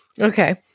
Okay